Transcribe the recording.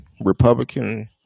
Republican